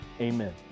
Amen